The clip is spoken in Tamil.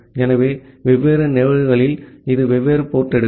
ஆகவே வெவ்வேறு நிகழ்வுகளில் இது வெவ்வேறு போர்ட் எடுக்கும்